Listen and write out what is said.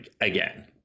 again